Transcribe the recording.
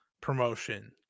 promotion